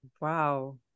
wow